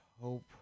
hope